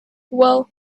well